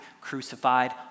crucified